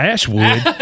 Ashwood